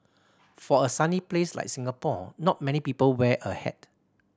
for a sunny place like Singapore not many people wear a hat